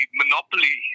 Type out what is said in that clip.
monopoly